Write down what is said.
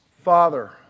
Father